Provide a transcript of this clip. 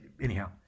anyhow